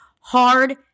Hard